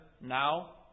now